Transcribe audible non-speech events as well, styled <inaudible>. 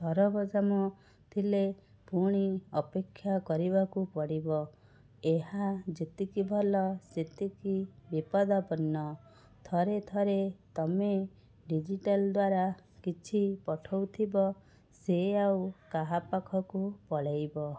ପରବ <unintelligible> ଥିଲେ ପୁଣି ଅପେକ୍ଷା କରିବାକୁ ପଡ଼ିବ ଏହା ଯେତିକି ଭଲ ସେତିକି ବିପଦ ପୂର୍ଣ୍ଣ ଥରେ ଥରେ ତୁମେ ଡିଜିଟାଲ ଦ୍ଵାରା କିଛି ଉଠାଉଥିବ ସେ ଆଉ କାହା ପାଖକୁ ପଳେଇବ